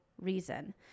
reason